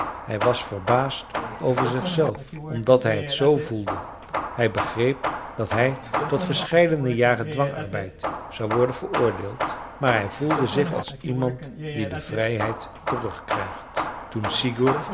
hij was verbaasd over zichzelf omdat hij het zoo voelde hij begreep dat hij tot verscheidene jaren dwangarbeid zou worden veroordeeld maar hij voelde zich als iemand die de vrijheid terugkrijgt toen sigurd